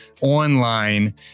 online